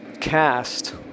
cast